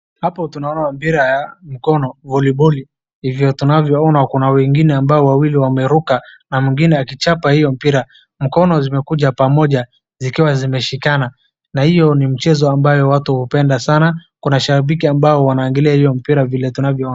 Hapo tunaona mpira wa mkono voli boli, vile tunavyoona kuna wengine ambao wawili wameruka na mwingine akichapa hiyo mpira. Mikono zimekuja pamoja zikiwa zimeshikana na hiyo ni mchezo ambayo watu hupenda sana, kuna shabiki ambao wanaangalia hiyo mpira vile tunavyoona.